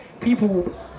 people